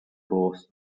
horse